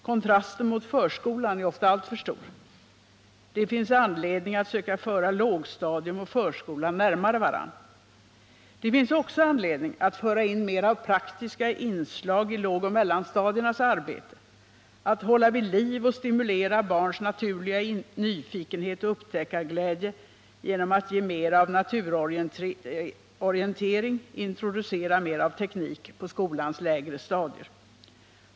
Kontrasten mot förskolan är ofta alltför stor. Det finns anledning att söka föra lågstadium och förskola närmare varandra. Det finns också anledning att föra in mer av praktiska inslag i lågoch mellanstadiernas arbete, att hålla vid liv och stimulera barns naturliga nyfikenhet och upptäckarglädje genom att ge mer av naturorientering och introducera mer av teknik på skolans lägre stadier.